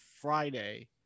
Friday